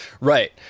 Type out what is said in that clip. Right